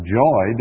joy